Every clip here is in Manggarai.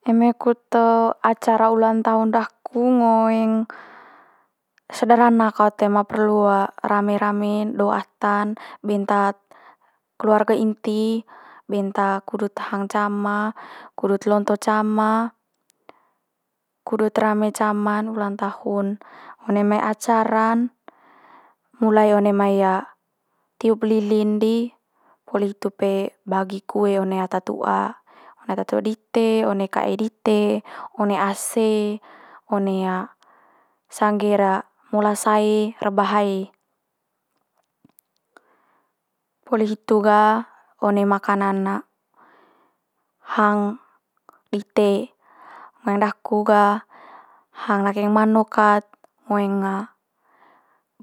Eme kut acara ulang tahun daku ngoeng sederhana kaut toe ma perlu rame rame do ata'n, benta keluarga inti benta kudut hang cama kudut lonto cama kudut rame cama'n ulang tahun. One mai acara'n mulai one mai tiup lilin di, poli hitu pe bagi kue one ata tu'a, one ata tu'a dite, one kae dite, one ase, one sangge'r molas hae reba hae. Poli hitu ga one makanan hang dite ngoeng daku ga hang nakeng manuk kat, ngoeng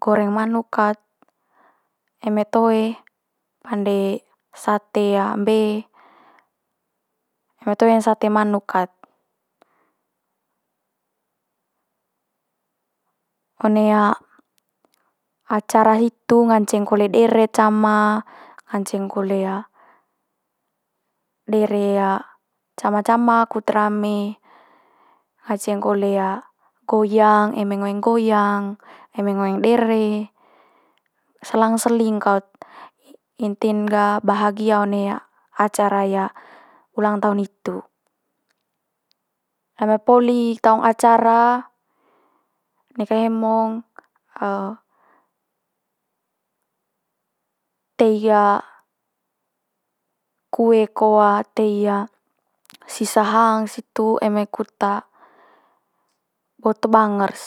goreng manuk kat, eme toe pande sate mbe, eme toe sate manuk kat. One acara hitu nganceng kole dere cama, nganceng kole dere cama cama kut rame, nganceng kole goyang eme ngoeng goyang, eme ngoeng dere, selang seling kaut. I- inti'n ga bahagia one acara ulang tahun itu. Eme poli taung acara, neka hemong tei kue ko tei sisa hang situ eme kut boto banger's.